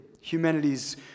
Humanity's